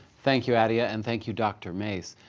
thank you, adia. and thank you dr. mase.